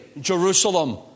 Jerusalem